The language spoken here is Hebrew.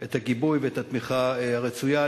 את הגיבוי ואת התמיכה הרצויה.